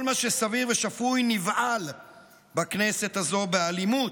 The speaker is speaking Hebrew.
כל מה שסביר ושפוי נבעל בכנסת הזו, באלימות,